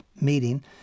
meeting